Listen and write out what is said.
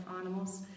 animals